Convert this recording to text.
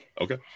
Okay